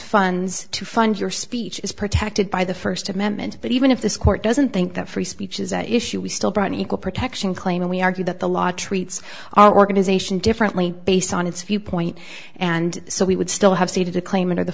funds to fund your speech is protected by the first amendment but even if this court doesn't think that free speech is an issue we still brought in equal protection claim and we argue that the law treats our organization differently based on its view point and so we would still have stated a claim under the